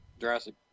Jurassic